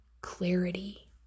clarity